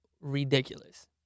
ridiculous